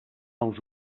els